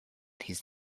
his